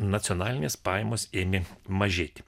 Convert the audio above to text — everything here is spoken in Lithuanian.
nacionalinės pajamos ėmė mažėti